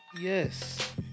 Yes